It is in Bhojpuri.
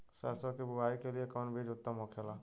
सरसो के बुआई के लिए कवन बिज उत्तम होखेला?